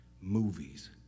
movies